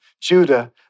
Judah